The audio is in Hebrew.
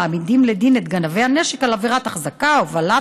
מעמידים לדין את גנבי הנשק על עבירות החזקה והובלת